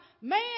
man